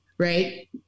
Right